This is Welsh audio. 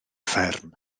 fferm